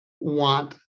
want